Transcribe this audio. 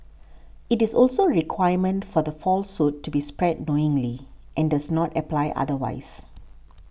it is also a requirement for the falsehood to be spread knowingly and does not apply otherwise